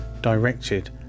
directed